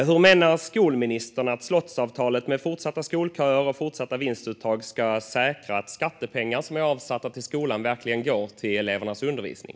Hur menar skolministern att slottsavtalet med fortsatta skolköer och vinstuttag ska säkra att de skattepengar som avsätts till skolan verkligen går till elevernas undervisning?